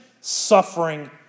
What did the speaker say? suffering